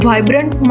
Vibrant